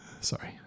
Sorry